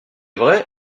vrai